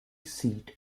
seat